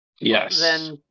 Yes